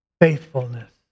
faithfulness